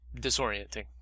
disorienting